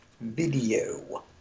Video